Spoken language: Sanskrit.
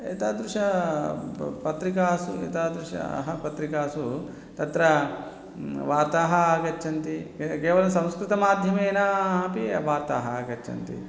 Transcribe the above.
एतादृशी प पत्रिकासु एतादृशी अह पत्रिकासु तत्र वार्ताः आगच्छन्ति केवलं संस्कृतमाध्यमेन अपि वार्ताः आगच्छन्ति